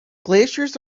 glaciers